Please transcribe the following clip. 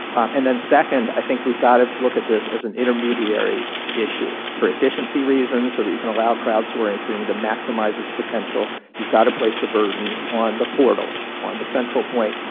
and then, second, i think we've got to look at this as an intermediary issue for efficiency reasons so that you can allow crowdsourcing to maximize its potential. you've got to place the burdens on the portal, on the central point,